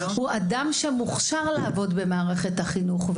הוא אדם שמוכשר לעבוד במערכת החינוך?